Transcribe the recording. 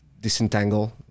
disentangle